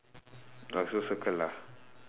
oh so circle lah